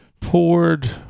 poured